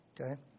Okay